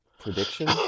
Prediction